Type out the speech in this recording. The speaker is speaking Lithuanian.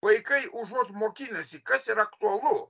vaikai užuot mokinęsi kas yra aktualu